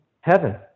heaven